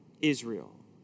Israel